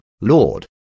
Lord